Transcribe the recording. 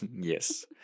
Yes